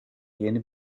yeni